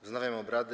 Wznawiam obrady.